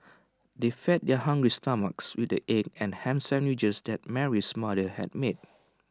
they fed their hungry stomachs with the egg and Ham Sandwiches that Mary's mother had made